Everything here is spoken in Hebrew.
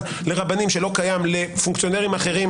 לרבנים שלא קיים לפונקציונרים אחרים,